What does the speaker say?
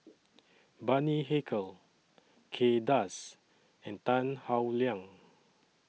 Bani Haykal Kay Das and Tan Howe Liang